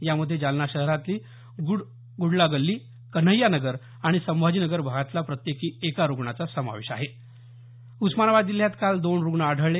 यामध्ये जालना शहरातली ग्रडलागल्ली कन्हैयानगर आणि संभाजीनगर भागातला प्रत्येकी एका रुग्णाचा समावेश उस्मानाबाद जिल्ह्यात काल दोन रुग्ण आढळले